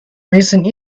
recent